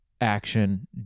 action